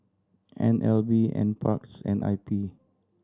N L B Nparks and I P